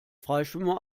freischwimmer